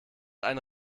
eine